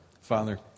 Father